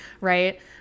right